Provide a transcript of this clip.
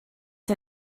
der